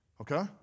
okay